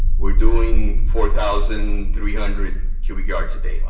we're doing four thousand three hundred cubic yards a day. wow.